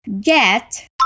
get